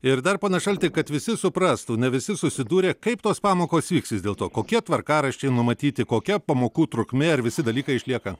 ir dar pone šalti kad visi suprastų ne visi susidūrė kaip tos pamokos vyks vis dėlto kokie tvarkaraščiai numatyti kokia pamokų trukmė ar visi dalykai išlieka